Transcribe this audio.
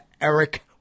Eric